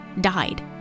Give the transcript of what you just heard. died